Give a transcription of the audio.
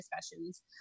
discussions